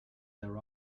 their